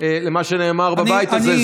למה שנאמר בבית הזה.